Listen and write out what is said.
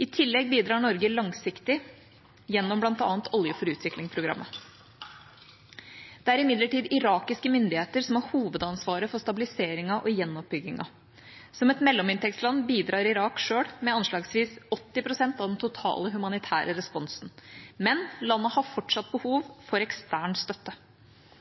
I tillegg bidrar Norge langsiktig gjennom bl.a. Olje for utvikling-programmet. Det er imidlertid irakiske myndigheter som har hovedansvaret for stabiliseringen og gjenoppbyggingen. Som et mellominntektsland bidrar Irak selv med anslagsvis 80 pst. av den totale humanitære responsen, men landet har fortsatt behov for ekstern støtte.